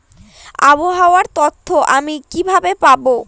আবহাওয়ার তথ্য আমি কিভাবে পাবো?